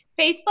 Facebook